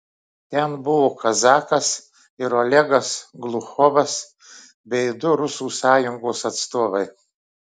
ten buvo kazakas ir olegas gluchovas bei du rusų sąjungos atstovai